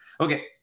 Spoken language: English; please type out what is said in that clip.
Okay